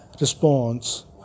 response